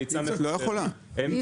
אפשר לחמם.